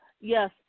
yes